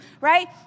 Right